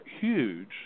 huge